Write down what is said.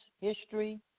history